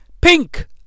Pink